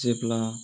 जेब्ला